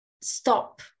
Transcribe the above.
stop